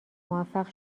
موفق